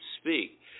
speak